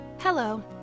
Hello